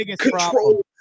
control